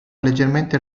leggermente